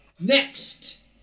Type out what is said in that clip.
Next